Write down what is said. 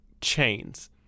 chains